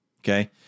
Okay